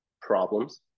problems